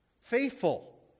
Faithful